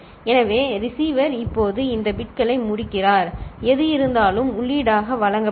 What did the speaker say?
எனவே ரிசீவர் இப்போது இந்த பிட்களை முடிக்கிறார் எது இருந்தாலும் உள்ளீடாக வழங்கப்படும்